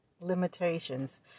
limitations